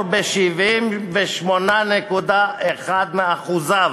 הציבור ב-78.1 מאחוזיו.